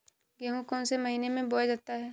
गेहूँ कौन से महीने में बोया जाता है?